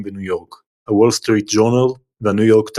בניו יורק הוול סטריט ג'ורנל והניו יורק טיימס.